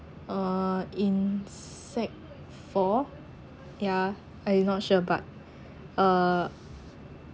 uh in sec four ya I not sure but uh